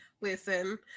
Listen